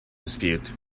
dispute